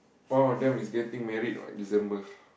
all of them is getting married what December